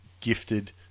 gifted